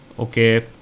Okay